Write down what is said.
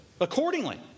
accordingly